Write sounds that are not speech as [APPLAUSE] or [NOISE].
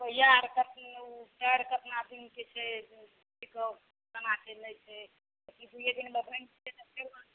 पहिआ आर कऽ ओ टायर केतना दिनके छै [UNINTELLIGIBLE] केना छै नहि छै [UNINTELLIGIBLE]